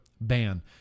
ban